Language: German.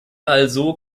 also